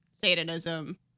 Satanism